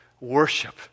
worship